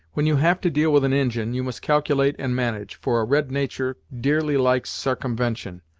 when you have to deal with an injin, you must calculate and manage, for a red natur' dearly likes sarcumvention.